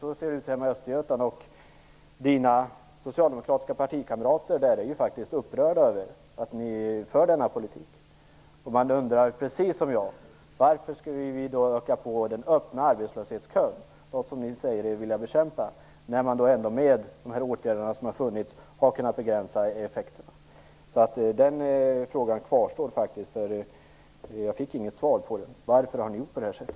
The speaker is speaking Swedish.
Så ser det ut hemma i Östergötland. Johnny Ahlqvists socialdemokratiska partikamrater där är upprörda över att ni för denna politik. De undrar, precis som jag, varför man skall öka på den öppna arbetslöshetskön - som ni säger er vilja bekämpa - när man med de åtgärder som funnits ändå har kunna begränsa effekterna. Den frågan kvarstår, eftersom jag inte fick något svar på den. Varför har ni gjort på det här sättet?